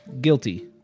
guilty